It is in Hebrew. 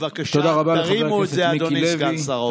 בבקשה, תרימו את זה, אדוני סגן שר האוצר.